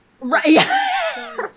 right